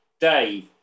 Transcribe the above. Dave